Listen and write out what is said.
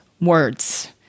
words